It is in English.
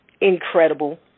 incredible